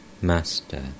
Master